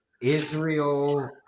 Israel